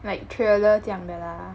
like thriller 这样的 lah